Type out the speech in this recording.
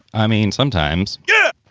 i mean sometimes. yeah.